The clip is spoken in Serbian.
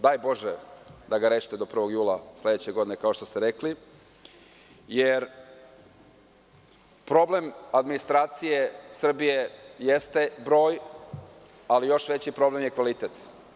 Daj bože da ga rešite do 1. jula sledeće godine, kao što ste rekli, jer, problem administracije Srbije jeste broj, ali još veći problem je kvalitet.